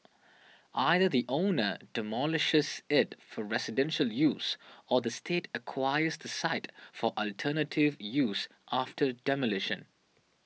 either the owner demolishes it for residential use or the State acquires the site for alternative use after demolition